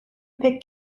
pek